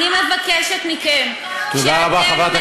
תודה רבה,